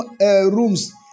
rooms